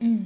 mm